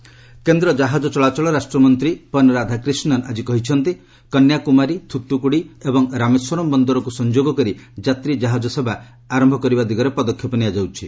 passenger ship service କେନ୍ଦ୍ର ଜାହାଜ ଚଳାଚଳ ରାଷ୍ଟ୍ରମନ୍ତ୍ରୀ ପନ୍ ରାଧାକ୍ରିଷ୍ଣନ୍ ଆଜି କହିଚନ୍ତି କନ୍ୟାକୁମାରୀ ଥୁତୁକୁଡ଼ି ଏବଂ ରାମେଶ୍ୱରମ୍ ବନ୍ଦରକୁ ସଂଯୋଗ କରି ଯାତ୍ରୀ ଜାହାଜ ସେବା ଆରମ୍ଭ କରିବା ଦିଗରେ ପଦକ୍ଷେପ ନିଆଯାଉଛି